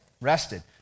Rested